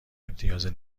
امتیاز